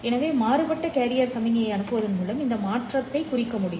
எனவே மாற்றப்பட்ட கேரியர் சமிக்ஞையை அனுப்புவதன் மூலம் இந்த மாற்றத்தைக் குறிக்க முடியும்